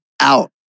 out